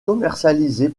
commercialisée